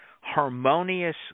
harmonious